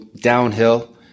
downhill